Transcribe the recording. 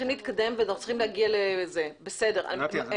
זה בסדר?